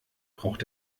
braucht